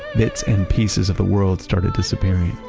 bits and pieces of the world started disappearing.